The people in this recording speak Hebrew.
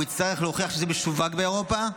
הוא יצטרך להוכיח שזה משווק באירופה,